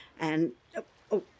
and—oh